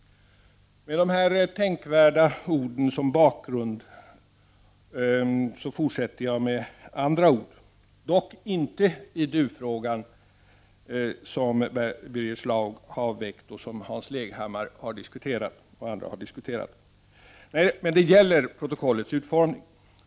Med dessa tänkvärda ord som bakgrund fortsätter jag med andra ord, dock inte i du-frågan, som Birger Schlaug har väckt och som Hans Leghammar och andra har diskuterat. Men det gäller protokollets utformning.